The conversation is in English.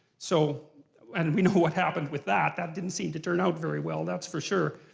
so and and we know what happened with that. that didn't seem to turn out very well, that's for sure.